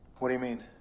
what do you mean?